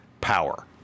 power